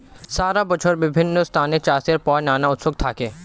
সারা বছরই বিভিন্ন স্থানে চাষের পর নানা উৎসব থাকে